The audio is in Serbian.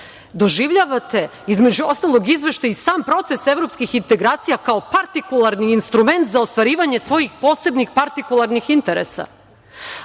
doživljavate između ostalog izveštaj i sam proces evropskih integracija kao partikularni instrument za ostvarivanje svojih posebnih partikularnih interesa.